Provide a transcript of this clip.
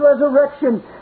resurrection